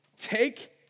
take